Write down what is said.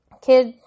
Kids